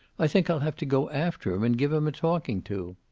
i think i'll have to go after him and give him a talking to.